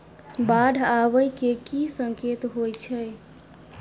बाढ़ आबै केँ की संकेत होइ छै?